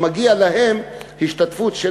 מי שמגיעה להם השתתפות של